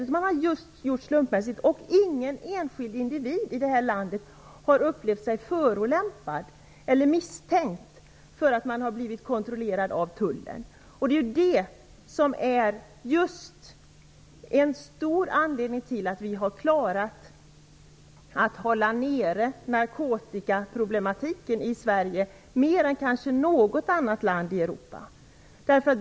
Det har gjorts slumpmässigt, och ingen enskild individ i detta land har upplevt sig vara förolämpad eller misstänkt därför att han eller hon har blivit kontrollerad av Tullen. Det är en viktig anledning till att vi har klarat att hålla nere narkotikaproblematiken i Sverige mer än i kanske något annat land i Europa.